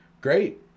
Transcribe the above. great